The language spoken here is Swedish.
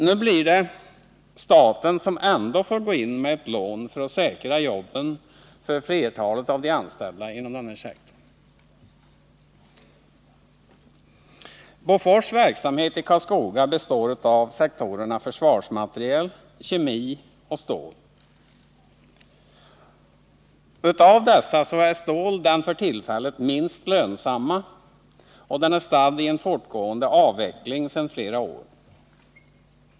Nu blir det staten som ändå får gå in med ett lån för att säkra jobben för flertalet av de anställda inom denna sektor. och stål. Av dessa är stål den för tillfället minst lönsamma, och den är stadd i en fortgående avveckling sedan flera år.